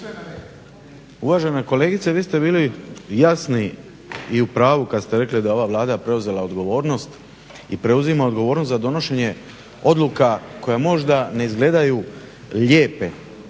Uvažena kolegice, vi ste bili jasni i u pravu kad ste rekli da je ova Vlada preuzela odgovornost i preuzima odgovornost za donošenje odluka koje možda ne izgledaju lijepe,